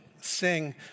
sing